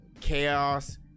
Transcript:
Chaos